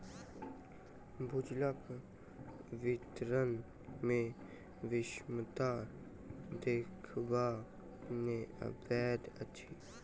भूजलक वितरण मे विषमता देखबा मे अबैत अछि